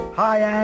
hi